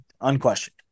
unquestioned